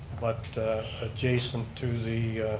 but adjacent to the